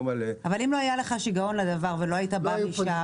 אבל אם לא היה לך שגעון לדבר ולא היית בא משם,